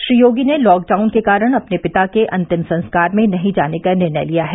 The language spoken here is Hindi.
श्री योगी ने लॉकडाउन के कारण अपने पिता के अन्तिम संस्कार में नहीं जाने का निर्णय लिया है